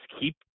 keep